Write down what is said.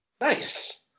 Nice